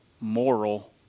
moral